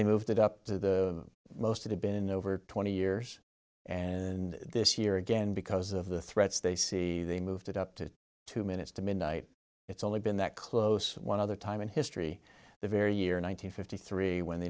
they moved it up to the most it had been over twenty years and this year again because of the threats they see they moved it up to two minutes to midnight it's only been that close one other time in history the very year in one nine hundred fifty three when the